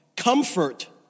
Comfort